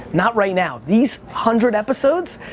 not right now. these hundred episodes,